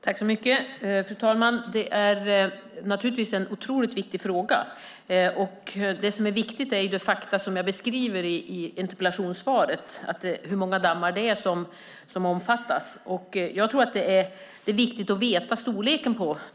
Fru talman! Det är naturligtvis en oerhört viktig fråga. Det viktiga är de fakta som jag redogör för i interpellationssvaret, nämligen hur många dammar som omfattas. Det är viktigt att veta omfattningen.